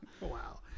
Wow